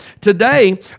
today